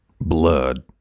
blood